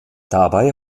dabei